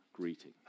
greeting